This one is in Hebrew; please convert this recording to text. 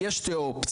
יש שתי אופציות.